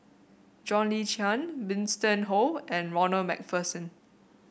John Le Cain Winston Oh and Ronald MacPherson